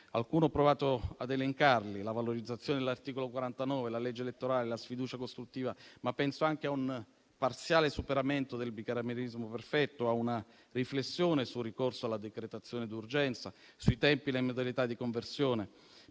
qualcuno ha provato ad elencarli: la valorizzazione dell'articolo 49, la legge elettorale, la sfiducia costruttiva; ma penso anche a un parziale superamento del bicameralismo perfetto, a una riflessione sul ricorso alla decretazione d'urgenza, sui tempi e le modalità di conversione,